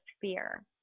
fear